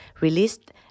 released